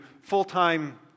full-time